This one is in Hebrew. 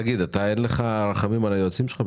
אין לך רחמים על היועצים שלך?